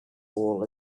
all